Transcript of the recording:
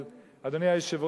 אבל, אדוני היושב-ראש,